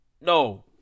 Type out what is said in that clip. No